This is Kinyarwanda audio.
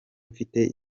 mfite